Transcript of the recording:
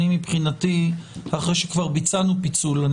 מבחינתי אחרי שכבר ביצענו פיצול אני